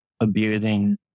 abusing